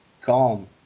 calm